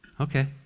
Okay